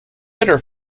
bitter